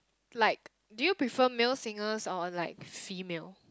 like do you prefer male singers or like female